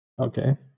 Okay